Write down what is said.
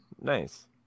nice